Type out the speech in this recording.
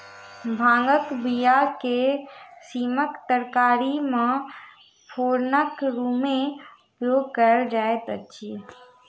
भांगक बीया के सीमक तरकारी मे फोरनक रूमे उपयोग कयल जाइत अछि